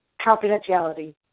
confidentiality